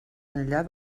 enllà